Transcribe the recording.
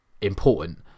important